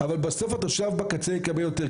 אבל בסוף התושב בקצה יקבל יותר.